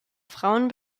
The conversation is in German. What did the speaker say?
frauen